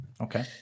Okay